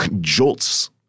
jolts